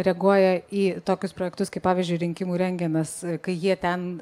reaguoja į tokius projektus kaip pavyzdžiui rinkimų rentgenas kai jie ten